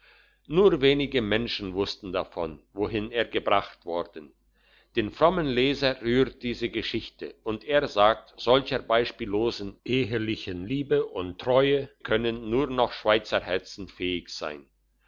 nur wenige menschen wussten davon wohin er gebracht worden den frommen leser rührt diese geschichte und er sagt solcher beispiellosen ehelichen liebe und treue können nur noch schweizerherzen fähig sein